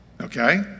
okay